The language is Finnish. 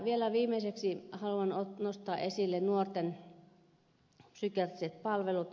vielä viimeiseksi haluan nostaa esille nuorten psykiatriset palvelut